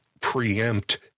preempt